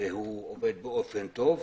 באופן טוב,